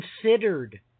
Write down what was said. considered